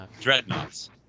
Dreadnoughts